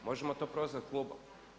Možemo to prozvati klubom.